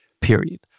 period